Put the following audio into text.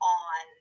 on